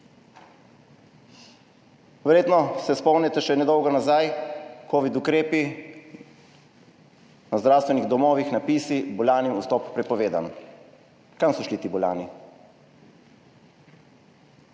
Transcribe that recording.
Verjetno se spomnite še nedolgo nazaj, covid ukrepi, na zdravstvenih domovih napisi: bolanim vstop prepovedan. Kam so šli ti bolani?